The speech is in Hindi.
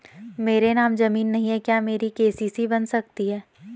मेरे नाम ज़मीन नहीं है क्या मेरी के.सी.सी बन सकती है?